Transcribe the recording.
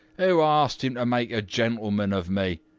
who asked him to make a gentleman of me?